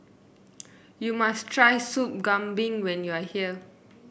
you must try Soup Kambing when you are here